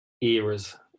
eras